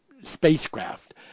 spacecraft